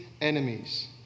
enemies